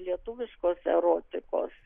lietuviškos erotikos